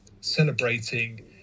celebrating